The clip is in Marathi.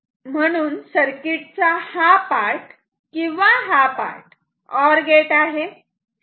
म्हणून सर्किट चा हा पार्ट किंवा हा पार्ट ऑर गेट आहे